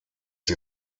die